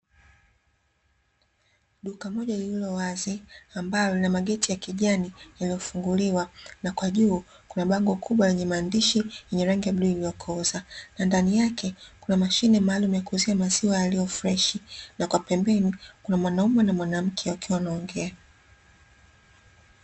Duka moja lililowazi ambalo lina mageti ya kijani, yaliyofunguliwa. Na kwa juu kuna bango kubwa lenye maandishi yenye rangi ya bluu iliyokoza. Na ndani yake, kuna mashine maalumu ya kuuzia maziwa yaliyo freshi. Na kwa pembeni, kuna mwanaume na mwanamke wakiwa wanaongea.